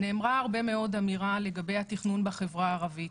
נאמרו הרבה דברים לגבי התכנון בחברה הערבית.